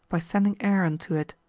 by sending air unto it,